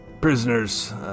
Prisoners